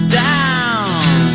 down